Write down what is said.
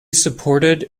supported